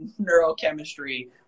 neurochemistry